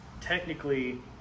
Technically